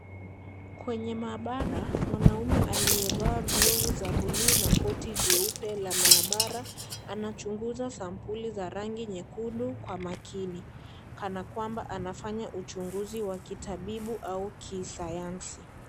Kwenye maabara, mwanume aliye glovu za buluu na koti jeupe la maabara anachunguza sampuli za rangi nyekundu kwa makini kana kwamba anafanya uchunguzi wa kitabibu au kisayansi.